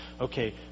okay